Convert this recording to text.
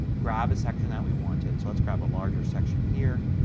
grab a section that we wanted. so let's grab a larger section here.